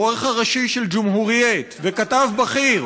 העורך הראשי של "ג'ומהורייט" וכתב בכיר